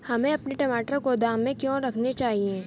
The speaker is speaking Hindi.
हमें अपने टमाटर गोदाम में क्यों रखने चाहिए?